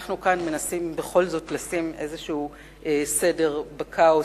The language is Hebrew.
אנחנו כאן מנסים בכל זאת לשים איזה סדר בכאוס,